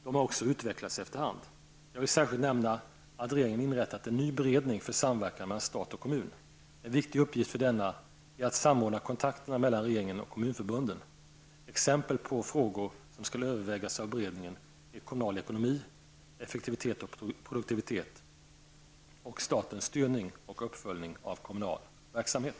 De har också utvecklats efter hand. Jag vill särskilt nämna att regeringen inrättat en ny beredning för samverkan mellan stat och kommun. En viktig uppgift för denna är att samordna kontakterna mellan regeringen och kommunförbunden. Exempel på frågor som skall övervägas av beredningen är kommunal ekonomi, effektivitet och produktivitet samt statens styrning och uppföljning av kommunal verksamhet.